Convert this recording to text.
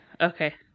Okay